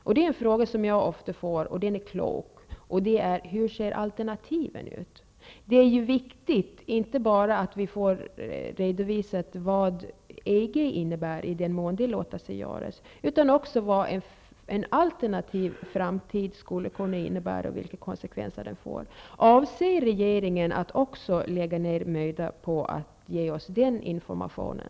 Det gäller en fråga som jag ofta får. Det är en klok fråga, nämligen: Hur ser alternativen ut? Det är viktigt att vi inte bara får redovisat vad EG innebär, i den mån det låter sig göras, utan också vad en alternativ framtid kan innebära och vilka konsekvenser den får. Avser regeringen att också lägga ner möda på att ge oss den informationen?